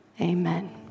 Amen